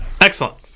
Excellent